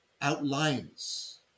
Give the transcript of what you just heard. outlines